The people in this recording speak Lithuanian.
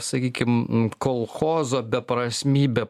sakykim kolchozo beprasmybę